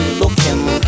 looking